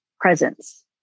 presence